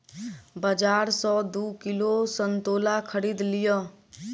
बाजार सॅ दू किलो संतोला खरीद लिअ